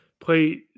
Play